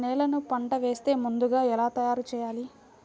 నేలను పంట వేసే ముందుగా ఎలా తయారుచేయాలి?